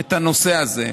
את הנושא הזה.